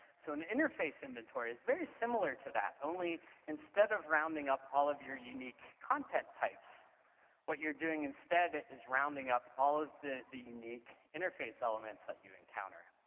so an interface inventory is very similar to that, only instead of rounding up all of your unique content types what you're doing instead is rounding up all of the the unique interface elements that you encounter.